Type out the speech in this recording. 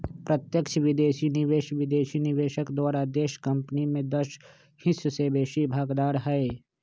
प्रत्यक्ष विदेशी निवेश विदेशी निवेशक द्वारा देशी कंपनी में दस हिस्स से बेशी भागीदार हइ